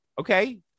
Okay